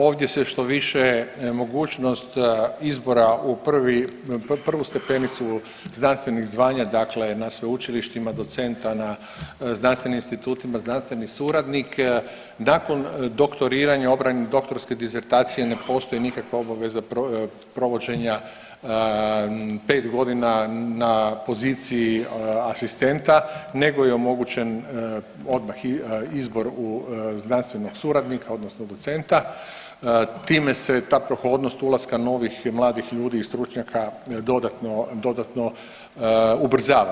Ovdje se štoviše mogućnost izbora u prvu stepenicu znanstvenih zvanja dakle na sveučilištima docenta na znanstvenim institutima znanstveni suradnik nakon doktoriranja obrane doktorske disertacije ne postoji nikakva obaveza provođenja pet godina na poziciji asistenta nego je omogućen odmah izbor u znanstvenog suradnika odnosno docenta, time se ta prohodnost ulaska novih mladih ljudi stručnjaka dodatno ubrzava.